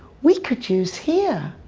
we could use hear.